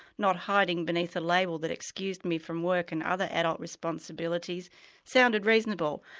not hiding beneath a label that excused me from work and other adult responsibilities sounded reasonable.